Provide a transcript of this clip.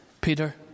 Peter